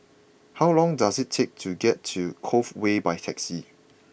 how long does it take to get to Cove Way by taxi